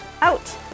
out